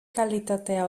kalitatea